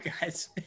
guys